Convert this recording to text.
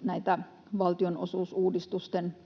näitä valtionosuusuudistusten